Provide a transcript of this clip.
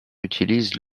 utilise